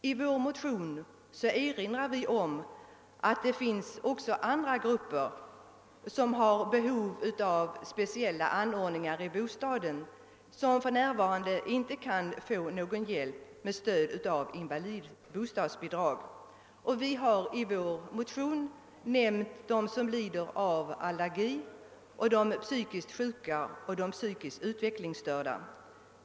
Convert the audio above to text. I vår motion erinrar vi om att det finns andra grupper som har behov av speciella anordningar i bostaden, men som inte kan tillgodoses genom invalidbostadsbidrag. Vi har i motionen nämnt dem som lider av allergi samt de psykiskt sjuka och de psykiskt utvecklings störda.